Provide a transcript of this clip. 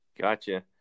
Gotcha